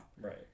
Right